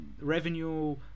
revenue